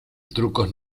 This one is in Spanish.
trucos